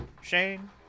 shane